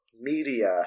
media